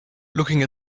looking